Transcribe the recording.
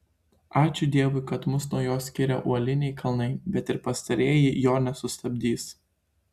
ačiū dievui kad mus nuo jo skiria uoliniai kalnai bet ir pastarieji jo nesustabdys